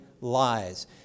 lies